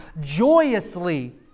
joyously